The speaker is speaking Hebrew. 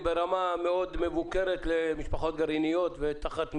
ברמה מבוקרת מאוד למשפחות גרעיניות ותחת מתווה.